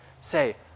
say